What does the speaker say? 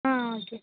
ஆ okay